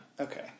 Okay